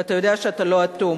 ואתה יודע שאתה לא אטום